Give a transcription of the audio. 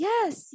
Yes